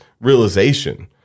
realization